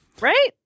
right